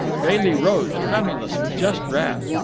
bailey rose, tremulous with just wrath.